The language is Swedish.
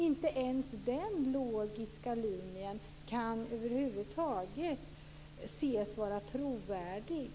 Inte ens den logiska linjen kan över huvud taget ses som trovärdig.